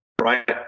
right